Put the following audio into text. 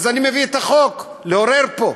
אז אני מביא את החוק, לעורר פה.